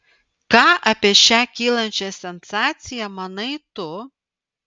ką apie šią kylančią sensaciją manai tu